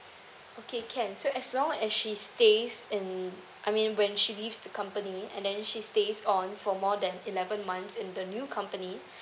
okay can so as long as she stays in I mean when she leaves the company and then she stays on for more than eleventh months in the new company